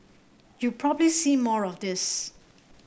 you probably see more of this